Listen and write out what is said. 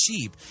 cheap